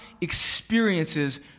experiences